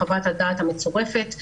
בחוות הדעת המצורפת.